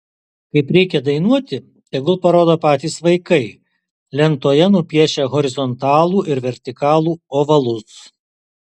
kaip reikia dainuoti tegul parodo patys vaikai lentoje nupiešę horizontalų ir vertikalų ovalus